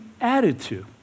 attitude